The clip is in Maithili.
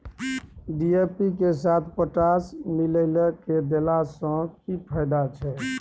डी.ए.पी के साथ पोटास मिललय के देला स की फायदा छैय?